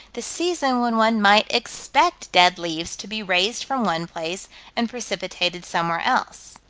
the season when one might expect dead leaves to be raised from one place and precipitated somewhere else.